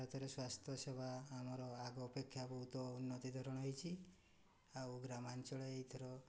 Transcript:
ଭାରତରେ ସ୍ୱାସ୍ଥ୍ୟ ସେବା ଆମର ଆଗ ଅପେକ୍ଷା ବହୁତ ଉନ୍ନତି ଧରଣ ହେଇଛି ଆଉ ଗ୍ରାମାଞ୍ଚଳ ଏଇଥର